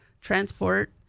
transport